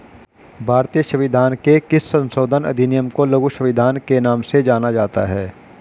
भारतीय संविधान के किस संशोधन अधिनियम को लघु संविधान के नाम से जाना जाता है?